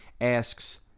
asks